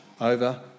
over